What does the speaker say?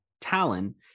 Talon